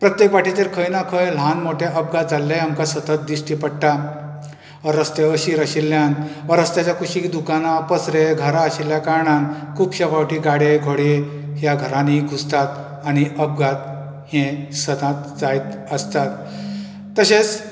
प्रत्येक वाटेचेर खंय ना खंय ल्हान मोठे अपघात जाल्लेय आमकां सतत दिश्टी पडटा वा रस्ते अशीर आशिल्यान वा रस्त्याच्या कुशीक दुकानां पसरे घरां आशिल्या कारणान खुबश्या फावटी गाडे घोडे ह्या घरांनी घुसतातआनी अपघात हे सदांच जायत आसतात तशेंच